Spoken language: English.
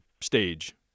stage